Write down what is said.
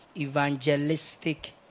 evangelistic